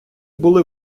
були